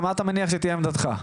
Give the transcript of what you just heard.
עמדתך, מה אתה מניח שתהיה עמדתך?